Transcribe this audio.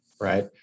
right